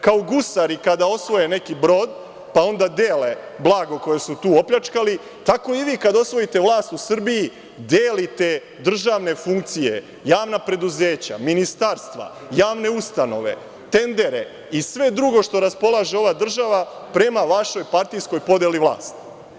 Kao gusari kada osvoje neki brod, pa onda dele blago koje su tu opljačkali, tako i vi kada osvojite vlast u Srbiji delite državne funkcije, javna preduzeća, ministarstva, javne ustanove, tendere i sve drugo što raspolaže ova država prema vašoj partijskog podeli vlasti.